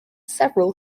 several